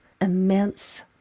immense